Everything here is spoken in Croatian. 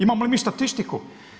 Imamo li mi statistiku?